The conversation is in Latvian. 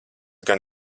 gan